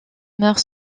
meurt